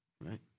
right